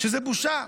זו בושה.